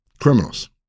criminals